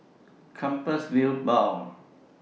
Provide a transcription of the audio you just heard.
Compassvale Bow